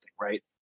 right